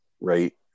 Right